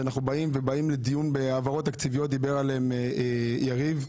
שאנחנו באים לדיון בהעברות תקציביות דיבר עליהן יריב לוין,